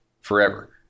forever